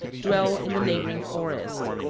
dwell in the neighboring forest.